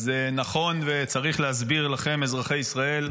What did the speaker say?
אז זה נכון וצריך להסביר לכם, אזרחי ישראל,